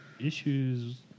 issues